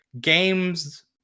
games